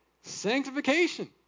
sanctification